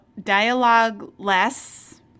dialogue-less